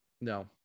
No